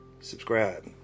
Subscribe